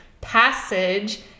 passage